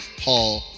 Hall